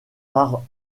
part